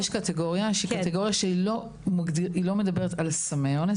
יש קטגוריה שהיא קטגוריה שהיא לא מדברת על סמי אונס.